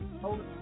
Hold